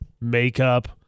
makeup